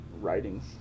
writing